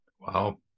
Wow